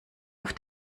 auf